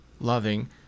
loving